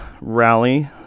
rally